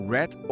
Red